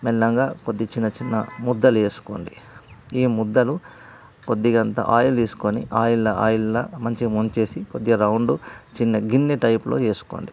మెల్లగా కొద్ది చిన్న చిన్న ముద్దలు వేసుకోండి ఈ ముద్దలు కొద్దిగంత ఆయిల్ తీసుకొని ఆయిల్లో ఆయిల్లో మంచిగా ముంచేసి కొద్దిగా రౌండు చిన్న గిన్నె టైప్లో చేసుకోండి